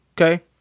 Okay